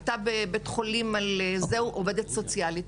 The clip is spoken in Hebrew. הייתה בבית חולים עובדת סוציאלית,